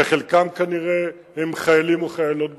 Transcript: כנראה חלקם הם חיילים וחיילות בצבא: